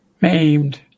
maimed